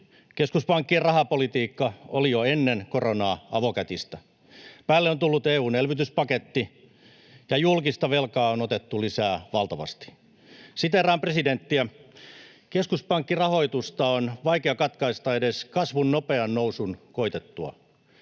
keskuspankkien rahapolitiikka oli jo ennen koronaa avokätistä, päälle on tullut EU:n elvytyspaketti, ja julkista velkaa on otettu lisää valtavasti. Siteeraan presidenttiä: ”Keskuspankkirahoitusta on vaikea katkaista edes kasvun nopean nousun koitettua.